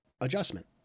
adjustment